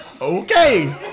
okay